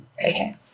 Okay